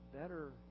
better